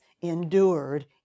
endured